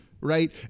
right